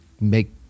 make